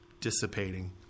dissipating